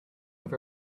with